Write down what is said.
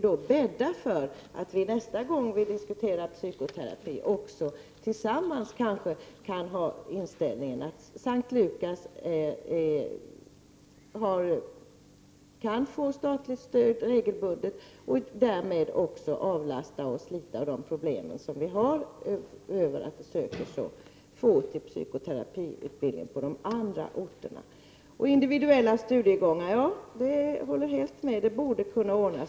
Det bäddar för att vi nästa gång vi diskuterar psykoterapi kanske har inställningen att S:t Lukasstiftelsen kan få statligt stöd regelbundet och därmed också kan avlasta oss en del av de problem som finns med att så få söker psykoterapiutbildningen på de andra orterna. Jag håller helt med om det som sades om individuella studiegångar. Det borde kunna ordnas.